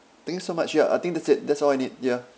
thank you so much ya I think that's it that's all I need ya